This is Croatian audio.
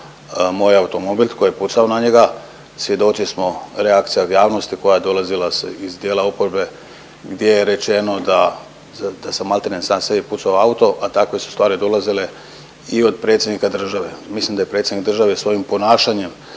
moj automobil, tko je pucao na njega. Svjedoci smo reakcije od javnosti koja dolazila se iz tijela oporbe gdje je rečeno da, da sam maltene sam sebi pucao u auto, a takve su stvari dolazile i od predsjednika države. Mislim da je predsjednik države svojim ponašanjem